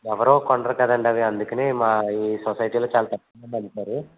ఎవరూ కొనరు కదండి అవి అందుకని మా ఈ సొసైటీలో చాలా తక్కువ మంది అమ్ముతారు